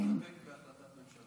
האם, אני אסתפק בהחלטת ממשלה.